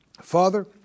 Father